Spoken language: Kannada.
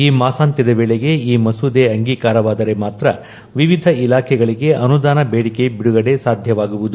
ಈ ಮಾಸಾಂತ್ಯದ ವೇಳೆಗೆ ಈ ಮಸೂದೆ ಅಂಗೀಕಾರವಾದರೆ ಮಾತ್ರ ವಿವಿಧ ಇಲಾಖೆಗಳಿಗೆ ಅನುದಾನ ಬೇಡಿಕೆ ಬಿಡುಗಡೆ ಸಾಧ್ಯವಾಗುವುದು